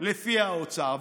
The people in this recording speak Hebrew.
לפי האוצר.